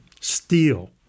steel